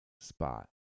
spot